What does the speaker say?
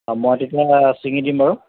অঁ মই তেতিয়া ছিঙি দিম বাৰু